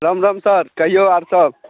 राम राम सर कहियौ आओर सभ